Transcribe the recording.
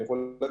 אני יכול להגיד,